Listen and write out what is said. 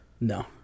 No